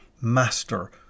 master